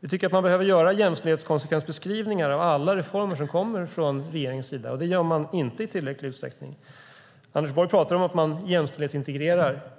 Vi anser att man behöver göra jämställdhetskonsekvensbeskrivningar av alla reformer som kommer från regeringen. Det gör man inte i tillräcklig utsträckning. Anders Borg talar om att man jämställdhetsintegrerar.